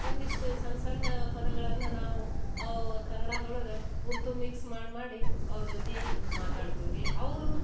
ಒಂದಿಷ್ಟು ಸಣ್ಣ ಸಣ್ಣ ಪದಗಳನ್ನು ನಾವು ಕನ್ನಡದೊಳಗೆ ಉರ್ದು ಮಿಕ್ಸ್ ಮಾಡಿ ಮಾಡಿ ಅವ್ರ ಜೊತೆ ಮಾತಾಡ್ತೀವಿ ರೀ ಅವರು